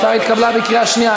ההצעה התקבלה בקריאה שנייה.